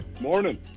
Morning